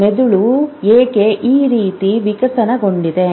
ಮೆದುಳು ಏಕೆ ಈ ರೀತಿ ವಿಕಸನಗೊಂಡಿದೆ